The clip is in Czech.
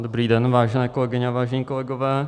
Dobrý den, vážené kolegyně a vážení kolegové.